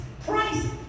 price